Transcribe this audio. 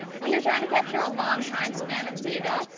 when you're trying to capture a long time span of data,